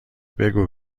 بگو